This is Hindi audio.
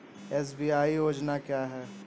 एस.बी.आई योनो क्या है?